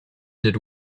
did